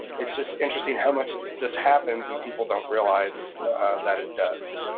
it's just interesting how much this happens and people don't realize that it does.